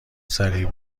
سریع